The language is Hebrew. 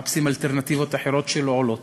מחפשים אלטרנטיבות אחרות שלא עולות.